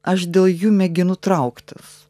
aš dėl jų mėginu trauktis